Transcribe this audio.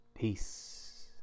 peace